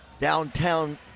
downtown